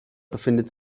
befindet